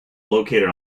located